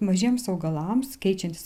mažiems augalams keičiantis